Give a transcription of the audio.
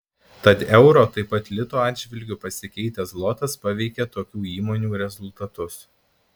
tad euro taip pat lito atžvilgiu pasikeitęs zlotas paveikia tokių įmonių rezultatus